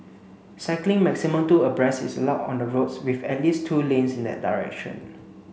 cycling maximum two abreast is allowed on the roads with at least two lanes in that direction